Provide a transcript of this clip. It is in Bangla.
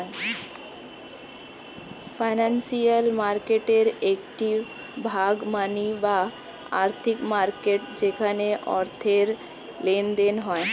ফিনান্সিয়াল মার্কেটের একটি ভাগ মানি বা আর্থিক মার্কেট যেখানে অর্থের লেনদেন হয়